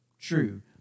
true